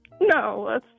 No